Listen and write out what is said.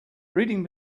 reading